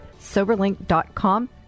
soberlink.com